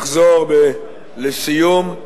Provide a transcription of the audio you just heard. אחזור, לסיום,